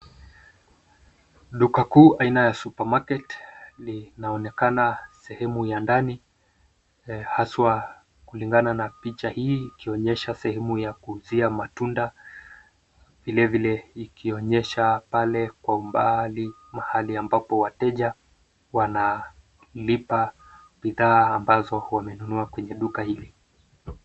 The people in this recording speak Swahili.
Duka kuu aina ya Supermarket linaonekana sehemu ya ndani haswa kulingana na picha hii ikionyesha sehemu ya kuuzia matunda. Vile vile ikionyesha pale kwa umbali mahali ambapo wateja wanalipa bidhaa ambazo wamenunua kwenye duka hili.